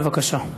בבקשה.